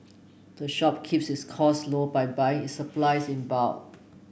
the shop keeps its cost low by buy its supplies in bulk